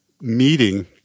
meeting